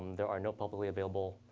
there are no publicly available